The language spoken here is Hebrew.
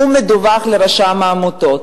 הוא מדווח לרשם העמותות,